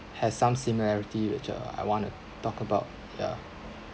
has some similarity which uh I want to talk about ya